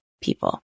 people